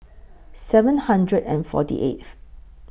seven hundred and forty eighth